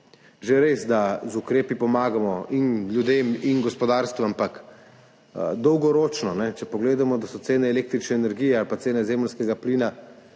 Že res, da z ukrepi pomagamo in ljudem in gospodarstvu, ampak dolgoročno, če pogledamo, da so cene električne energije ali cene zemeljskega plina